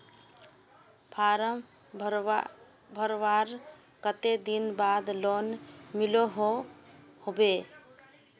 Form भरवार कते दिन बाद लोन मिलोहो होबे?